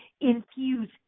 infuse